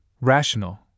rational